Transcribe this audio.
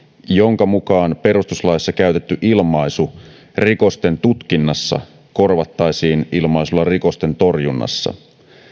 jonka mukaan perustuslaissa käytetty ilmaisu rikosten tutkinnassa korvattaisiin ilmaisulla rikosten torjunnassa